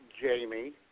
Jamie